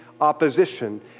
opposition